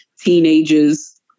teenagers